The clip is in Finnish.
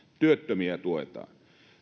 työttömiä tuetaan